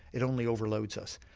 it only overloads us.